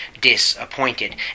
disappointed